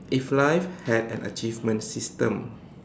if life had an achievement system